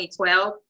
2012